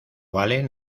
valen